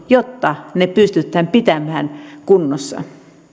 jotta ne pystytään pitämään kunnossa